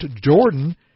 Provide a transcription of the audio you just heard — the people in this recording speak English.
Jordan